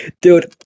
Dude